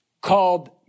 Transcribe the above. called